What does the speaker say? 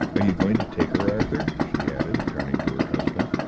are you going to take her, arthur? she added, turning to her husband.